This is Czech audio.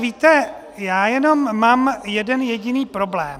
Víte, já jenom mám jeden jediný problém.